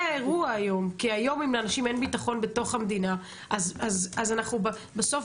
כי היום אם לאנשים אין בטחון בתוך המדינה אז אנחנו בסוף